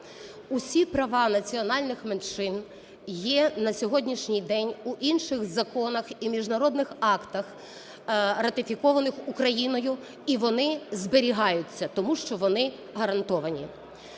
Усі права національних меншин є на сьогоднішній день у інших законах і міжнародних актах, ратифікованих Україною, і вони зберігаються, тому що вони гарантовані.